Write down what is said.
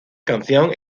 canción